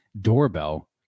doorbell